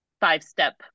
five-step